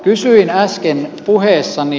kysyin äsken puheessani